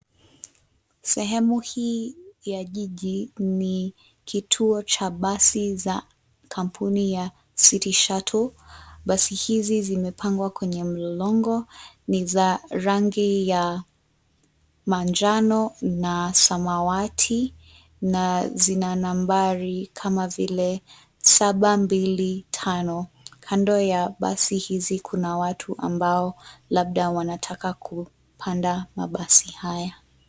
Sehemu hii ya jiji ni kituo cha basi za kampuni ya City Shuttle. Basi hizi zimepangwa kwenye mlolongo, ni za rangi ya manjano na samawati, na zina nambari kama vile saba mbili tano. Kando ya basi hizi kuna watu ambao labda wanataka kupanda mabasi haya.